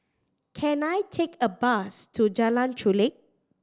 can I take a bus to Jalan Chulek